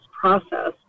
process